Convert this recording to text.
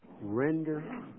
render